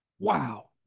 Wow